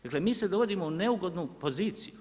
Dakle mi se dovodimo u neugodnu poziciju.